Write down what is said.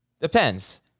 Depends